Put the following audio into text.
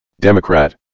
Democrat